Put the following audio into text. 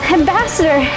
ambassador